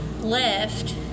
left